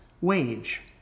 wage